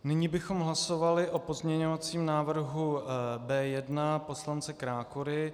Nyní bychom hlasovali o pozměňovacím návrhu B1 poslance Krákory.